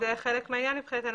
זה חלק מהעניין מבחינתנו,